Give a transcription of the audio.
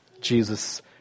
Jesus